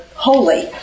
Holy